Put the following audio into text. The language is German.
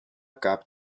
gab